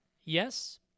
yes